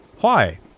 Why